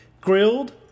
grilled